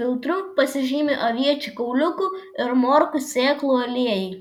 filtru pasižymi aviečių kauliukų ir morkų sėklų aliejai